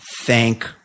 thank